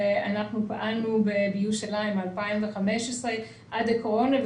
פעלנו בירושלים מ-2015 ועד הקורונה,